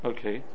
Okay